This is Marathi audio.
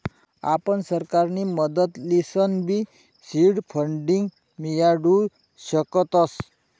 आपण सरकारनी मदत लिसनबी सीड फंडींग मियाडू शकतस